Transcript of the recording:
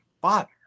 bother